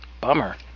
Bummer